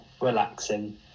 relaxing